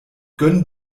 gönn